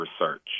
research